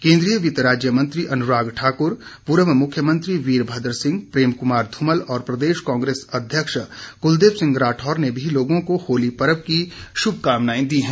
केन्द्रीय वित्त राज्य मंत्री अनुराग ठाकुर पूर्व मुख्यमंत्री वीरमद्र सिंह प्रेम कुमार ध्मल और प्रदेश कांग्रेस अध्यक्ष कुलदीप सिंह राठौर ने भी लोगों को होली पर्व की शुमकामनाएं दी हैं